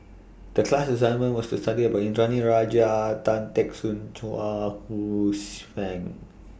The class assignment was to study about Indranee Rajah Tan Teck Soon Chuang Hsueh Fang